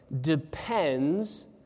depends